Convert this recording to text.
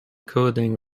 coding